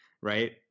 Right